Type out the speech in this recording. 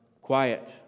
quiet